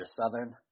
Southern